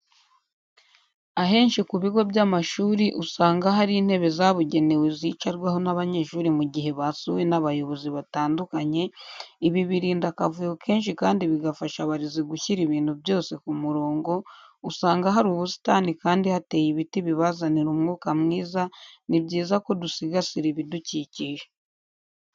Ahenshi ku bigo by'amashuri usanga hari intebe zabugenewe zicarwaho n'abanyeshuri mu gihe basuwe n'abayobozi batandukanye, ibi birinda akavuyo kenshi kandi bigafasha abarezi gushyira ibintu byose ku murongo, usanga hari ubusitani kandi hateye ibiti bibazanira umwuka mwiza, ni byiza ko dusigasira ibidukikije.